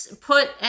put